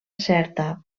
certa